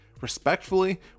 respectfully